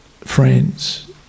friends